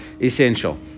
essential